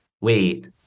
wait